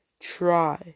try